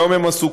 ביום הן עסוקות,